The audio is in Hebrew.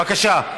בבקשה.